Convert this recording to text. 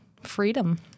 freedom